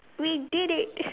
we did it